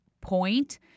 point